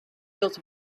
los